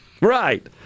Right